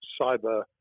cyber